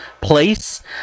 place